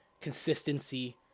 Consistency